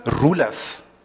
rulers